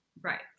Right